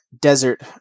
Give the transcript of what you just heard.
Desert